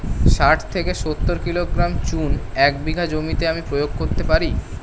শাঠ থেকে সত্তর কিলোগ্রাম চুন এক বিঘা জমিতে আমি প্রয়োগ করতে পারি?